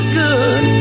good